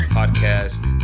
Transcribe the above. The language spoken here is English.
podcast